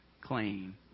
clean